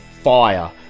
fire